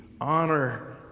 honor